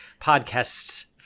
podcast's